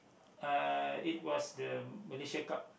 uh it was the Malaysia Cup